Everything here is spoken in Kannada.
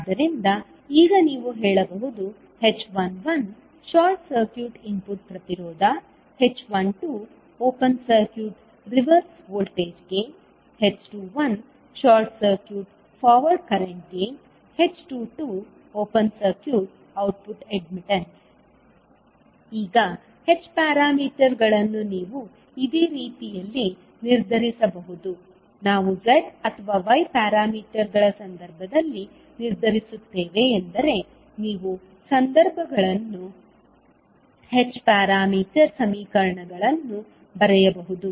ಆದ್ದರಿಂದ ಈಗ ನೀವು ಹೇಳಬಹುದು h11 ಶಾರ್ಟ್ ಸರ್ಕ್ಯೂಟ್ ಇನ್ಪುಟ್ ಪ್ರತಿರೋಧ h12 open circuit reverse voltage gain h21 short circuit forward current gain h22 open circuit output admittance ಈಗ h ಪ್ಯಾರಾಮೀಟರ್ಗಳನ್ನು ನೀವು ಇದೇ ರೀತಿಯಲ್ಲಿ ನಿರ್ಧರಿಸಬಹುದು ನಾವು z ಅಥವಾ y ಪ್ಯಾರಾಮೀಟರ್ಗಳ ಸಂದರ್ಭದಲ್ಲಿ ನಿರ್ಧರಿಸುತ್ತೇವೆ ಎಂದರೆ ನೀವು ಸಂಬಂಧಗಳನ್ನು h ಪ್ಯಾರಾಮೀಟರ್ ಸಮೀಕರಣಗಳನ್ನು ಬರೆಯಬಹುದು